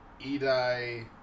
Edai